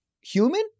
human